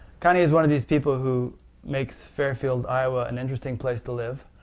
connie is one of those people who makes fairfield, iowa an interesting place to live.